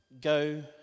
Go